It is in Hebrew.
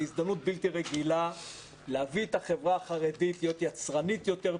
זאת הזדמנות בלתי רגילה להביא את החברה החרדית להיות יצרנית יותר,